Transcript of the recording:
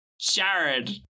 Jared